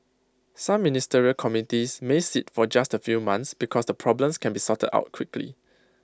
some ministerial committees may sit for just A few months because the problems can be sorted out quickly